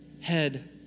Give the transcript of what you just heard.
head